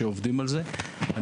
שעובדים על זה יתייחסו לזה.